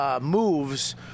moves